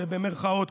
זה במירכאות,